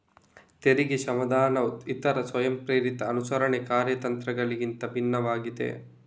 ತೆರಿಗೆ ಕ್ಷಮಾದಾನವು ಇತರ ಸ್ವಯಂಪ್ರೇರಿತ ಅನುಸರಣೆ ಕಾರ್ಯತಂತ್ರಗಳಿಗಿಂತ ಭಿನ್ನವಾಗಿದೆ